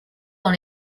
dans